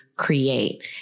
create